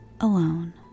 Alone